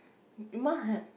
in my head